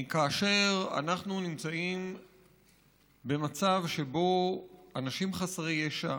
כאשר אנחנו נמצאים במצב שבו אנשים חסרי ישע,